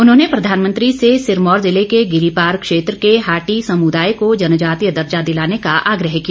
उन्होंने प्रधानमंत्री से सिरमौर जिले के गिरिपार क्षेत्र के हाटी समुदाय को जनजातीय दर्जा दिलाने का आग्रह किया